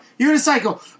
unicycle